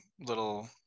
little